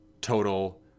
total